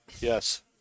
Yes